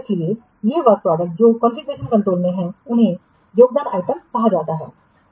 इसलिए ये कार्य उत्पाद जो कॉन्फ़िगरेशन कंट्रोल में हैं उन्हें योगदान आइटम कहा जाता है